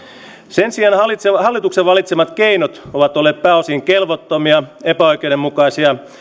sen sijaan hallituksen valitsemat keinot ovat olleet pääosin kelvottomia epäoikeudenmukaisia